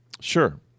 sure